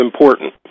important